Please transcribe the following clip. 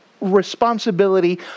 responsibility